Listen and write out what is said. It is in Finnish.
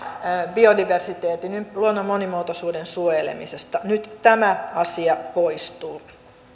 biodiversiteetin luonnon monimuotoisuuden suojelemisesta nyt tämä asia poistuu